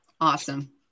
Awesome